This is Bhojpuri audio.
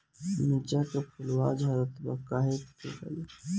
मिरचा के फुलवा झड़ता काहे का डाली?